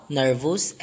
nervous